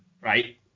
Right